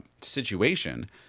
situation